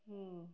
হুম